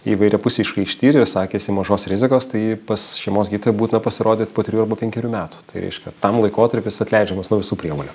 įvairiapusiškai ištyrė sakėsi mažos rizikos tai pas šeimos gydytoją būtina pasirodyt po trijų arba penkerių metų tai reiškia tam laikotarpis atleidžiamas nuo visų priemonių